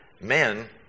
men